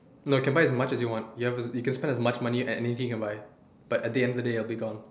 no can buy as much as you want ya you can spend as much money at anything you can buy but at the end of the day it'll be gone